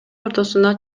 ортосуна